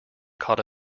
caught